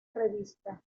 revista